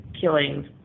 killings